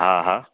હા હા